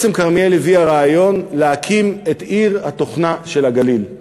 כרמיאל הביאה רעיון להקים את עיר התוכנה של הגליל.